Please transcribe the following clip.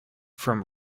from